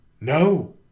No